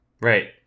Right